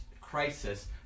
crisis